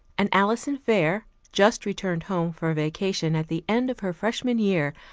and alison fair, just returned home for vacation at the end of her freshman year,